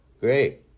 great